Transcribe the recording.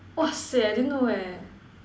!wahseh! I didn't know eh